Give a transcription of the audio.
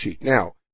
Now